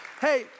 Hey